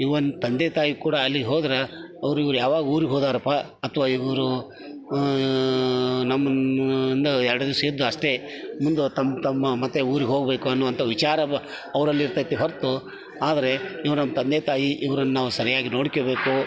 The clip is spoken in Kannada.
ಈವನ್ ತಂದೆ ತಾಯಿ ಕೂಡ ಅಲ್ಲಿಗೆ ಹೋದ್ರೆ ಅವ್ರು ಇವ್ರು ಯಾವಾಗ ಊರಿಗೆ ಹೋದಾರಪ್ಪ ಅಥವಾ ಇವರು ನಮ್ಮನ್ನು ಒಂದು ಎರಡು ದಿವಸ ಇದು ಅಷ್ಟೆ ಮುಂದೆ ತಮ್ಮ ತಮ್ಮ ಮತ್ತೆ ಊರಿಗೆ ಹೋಗಬೇಕು ಅನ್ನುವಂತ ವಿಚಾರ ಅವ್ರಲ್ಲಿ ಇರ್ತೈತೆ ಹೊರತು ಆದರೆ ಇವ್ರು ನಮ್ಮ ತಂದೆ ತಾಯಿ ಇವ್ರನ್ನಾವು ಸರಿಯಾಗಿ ನೋಡ್ಕೋಬೇಕು